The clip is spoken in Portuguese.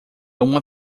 uma